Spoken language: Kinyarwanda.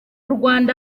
rwanda